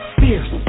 fierce